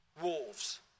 wolves